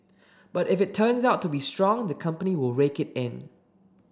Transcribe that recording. but if it turns out to be strong the company will rake it in